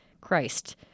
Christ